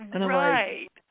Right